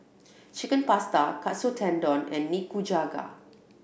Chicken Pasta Katsu Tendon and Nikujaga